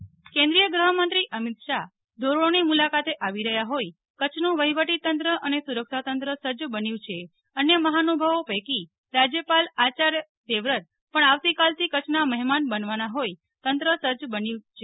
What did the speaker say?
રાજ્યપાલ કરછની મુલાકાતે કેન્દ્રીય ગૃહ્મંત્રી અમિત શાહ્ ધોરણોની મુલાકાતે આવી રહ્યા હોય કરછનું વફીવટીતંત્ર અને સુરક્ષાતંત્ર સજ્જ બન્યું છે અન્ય મફાનુભવો પૈકી રાજ્યપાલ આચાર દેવવ્રત પણ આવતીકાલથી કરછનાં મહેમાન બનવાના હોય તંત્ર સજ્જ બન્યું છે